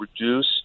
reduce